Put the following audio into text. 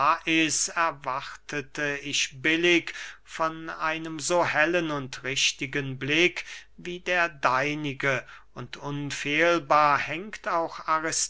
lais erwartete ich billig von einem so hellen und richtigen blick wie der deinige und unfehlbar hängt auch